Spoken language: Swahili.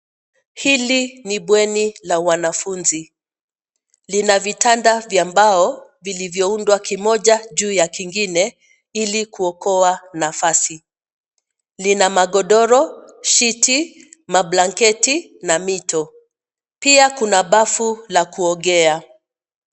Hili ni bweni la wanafunzi, lina vitanda vya mbao vilivyoundwa Kimoja juu ya kingine ili kuokoa nafasi, lina magodoro, shiti, mablanketi na mito. Pia kuna bafu la kuogea.